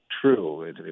true